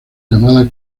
llamada